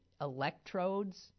electrodes